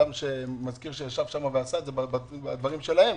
מזכיר שישב שם ועשה את זה, בדברים שלהם.